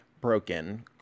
Broken